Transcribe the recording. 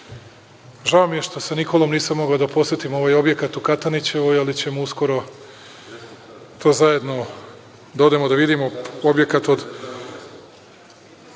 Žao mi je što sa Nikolom nisam mogao da posetim ovaj objekat u Katanićevoj, ali ćemo uskoro to zajedno da odemo da vidimo.(Vojislav